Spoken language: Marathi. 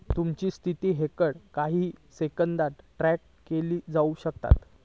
तुमची स्थिती हकडे काही सेकंदात ट्रॅक केली जाऊ शकता